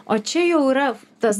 o čia jau yra tas